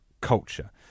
culture